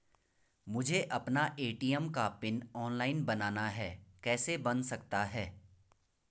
मुझे अपना ए.टी.एम का पिन ऑनलाइन बनाना है कैसे बन सकता है?